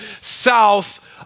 south